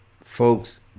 Folks